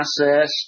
process